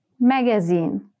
Magazine